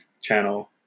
channel